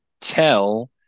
tell